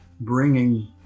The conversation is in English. bringing